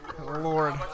Lord